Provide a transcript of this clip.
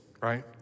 right